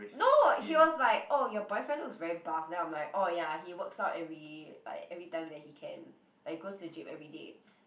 no he was like oh your boyfriend looks very buff then I'm like oh ya he works out every like every time that he can like he goes to the gym every day